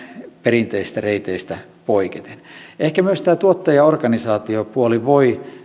perinteisistä reiteistä poiketen ehkä myös tämä tuottajaorganisaatiopuoli voi